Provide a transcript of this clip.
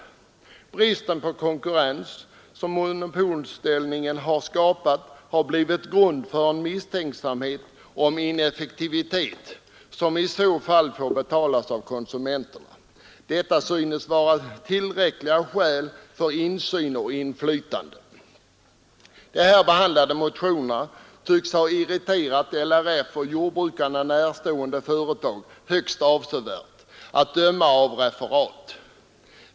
Den brist på konkurrens som monopolställningen skapat har givit anledning till misstankar om ineffektivitet som i så fall får betalas av konsumenterna. Detta synes vara tillräckliga skäl för insyn och inflytande. De här behandlade motionerna tycks ha irriterat LRF och jordbrukar na närstående företag högst avsevärt, att döma av referat.